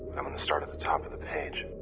i'm going to start at the top of the page. i